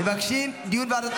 מבקשים דיון בוועדת חינוך.